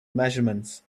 measurements